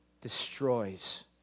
destroys